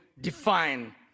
define